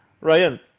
Ryan